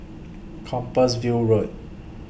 Compassvale Road